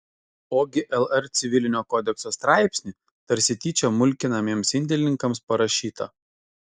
ogi lr civilinio kodekso straipsnį tarsi tyčia mulkinamiems indėlininkams parašytą